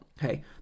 hey